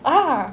ah